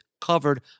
covered